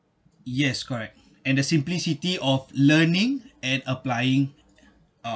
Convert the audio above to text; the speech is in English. yes correct and the simplicity of learning and applying